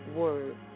word